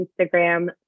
Instagram